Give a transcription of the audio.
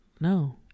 no